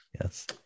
Yes